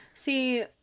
See